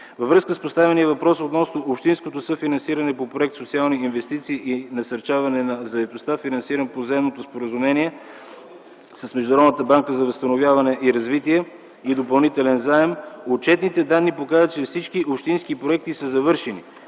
Във връзка с поставения въпрос относно общинското съфинансиране по проект „Социални инвестиции и насърчаване на заетостта”, финансиран по Заемното споразумение с Международната банка за възстановяване и развитие и допълнителен заем, отчетните данни показват, че всички общински проекти са завършени.